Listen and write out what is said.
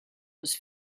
was